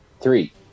Three